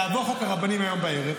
יעבור חוק הרבנים היום בערב,